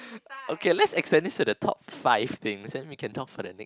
okay let's extend this to the top five things then we can talk for the next